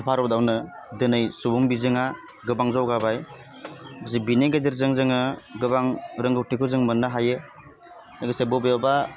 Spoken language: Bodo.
भारतआवनो दिनै सुबुं बिजोङा गोबां जौगाबाय जि बिनि गेजेरजों जोङो गोबां रोंगौथिफोर जों मोननो हायो लोगोसे बबेयावबा